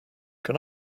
can